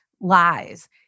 lies